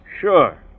Sure